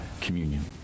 communion